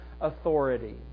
authority